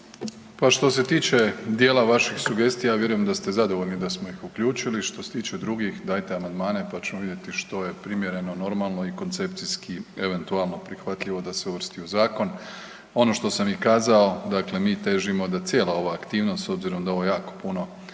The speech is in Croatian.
Pa što se tiče dijela vaših sugestija ja vjerujem da ste zadovoljni da smo ih uključili, što se tiče drugih, dajte amandmane, pa ćemo vidjeti što je primjereno, normalno i koncepcijski eventualno prihvatljivo da se uvrsti u zakon. Ono što sam i kazao, dakle mi težimo da cijela ova aktivnost s obzirom da je ovo jako puno